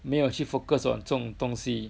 没有去 focus on 这种东西